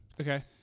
Okay